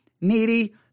needy